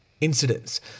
incidents